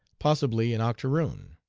possibly an octoroon.